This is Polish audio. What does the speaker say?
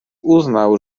uznał